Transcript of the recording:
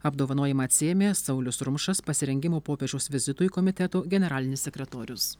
apdovanojimą atsiėmė saulius rumšas pasirengimo popiežiaus vizitui komiteto generalinis sekretorius